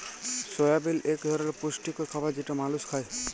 সয়াবিল এক ধরলের পুষ্টিকর খাবার যেটা মালুস খায়